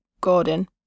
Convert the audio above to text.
Gordon